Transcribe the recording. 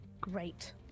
Great